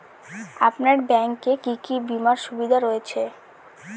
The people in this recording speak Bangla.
আপনার ব্যাংকে কি কি বিমার সুবিধা রয়েছে?